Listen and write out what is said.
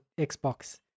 xbox